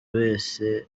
wese